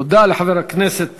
תודה לחבר הכנסת